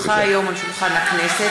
כי הונחה היום על שולחן הכנסת,